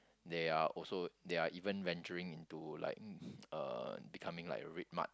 they are also they are even venturing into like um uh becoming like RedMart